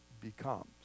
becomes